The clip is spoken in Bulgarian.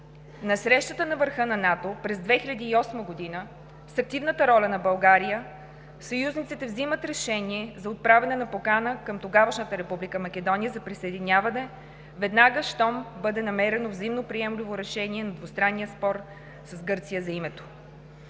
На Срещата на върха на НАТО през 2008 г. с активната роля на България съюзниците вземат решение за отправяне на покана към тогавашната Република Македония за присъединяване, веднага щом бъде намерено взаимноприемливо решение на двустранния спор с Гърция за името.